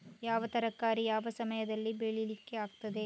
ಯಾವ ತರಕಾರಿ ಯಾವ ಸಮಯದಲ್ಲಿ ಬೆಳಿಲಿಕ್ಕೆ ಆಗ್ತದೆ?